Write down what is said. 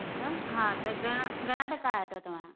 अच्छा हा त घणा घणा टका आया अथव तव्हां जा